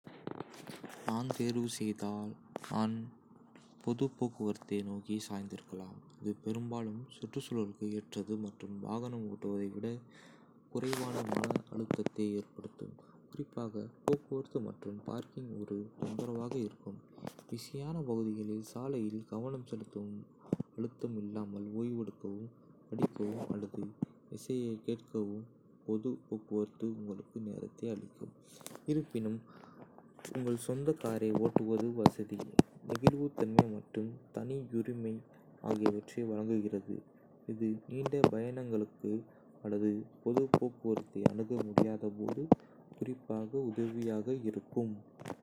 நான் தேர்வு செய்தால், நான் பொது போக்குவரத்தை நோக்கி சாய்ந்திருக்கலாம். இது பெரும்பாலும் சுற்றுச்சூழலுக்கு ஏற்றது மற்றும் வாகனம் ஓட்டுவதை விட குறைவான மன அழுத்தத்தை ஏற்படுத்தும், குறிப்பாக போக்குவரத்து மற்றும் பார்க்கிங் ஒரு தொந்தரவாக இருக்கும் பிஸியான பகுதிகளில். சாலையில் கவனம் செலுத்தும் அழுத்தம் இல்லாமல் ஓய்வெடுக்கவும், படிக்கவும் அல்லது இசையைக் கேட்கவும் பொதுப் போக்குவரத்து உங்களுக்கு நேரத்தை அளிக்கும். இருப்பினும், உங்கள் சொந்த காரை ஓட்டுவது வசதி, நெகிழ்வுத்தன்மை மற்றும் தனியுரிமை ஆகியவற்றை வழங்குகிறது, இது நீண்ட பயணங்களுக்கு அல்லது பொதுப் போக்குவரத்தை அணுக முடியாதபோது குறிப்பாக உதவியாக இருக்கும்.